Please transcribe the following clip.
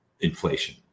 inflation